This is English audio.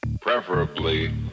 preferably